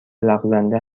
لغزنده